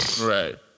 Right